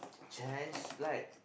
chance like